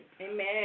Amen